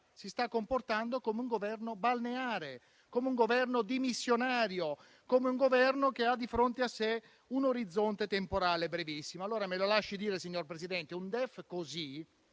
si sta comportando come un Governo balneare, come un Governo dimissionario, come un Governo che ha di fronte a sé un orizzonte temporale brevissimo. Signor Presidente, mi lasci